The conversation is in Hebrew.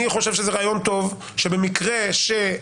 אני חושב שזה רעיון טוב שבמקרה שאי